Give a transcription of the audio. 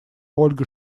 ольга